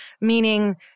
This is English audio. meaning